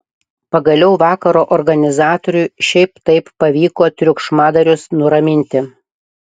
pagaliau vakaro organizatoriui šiaip taip pavyko triukšmadarius nuraminti